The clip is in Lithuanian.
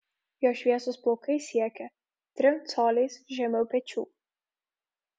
jo šviesūs plaukai siekia trim coliais žemiau pečių